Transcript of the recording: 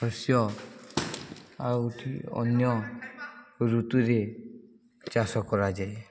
ଶସ୍ୟ ଆଉ ଗୋଟେ ଅନ୍ୟ ଋତୁରେ ଚାଷ କରାଯାଏ